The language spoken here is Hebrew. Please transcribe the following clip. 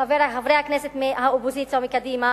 חברי הכנסת מהאופוזיציה ומקדימה,